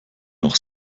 noch